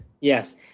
Yes